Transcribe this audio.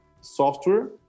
software